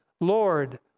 Lord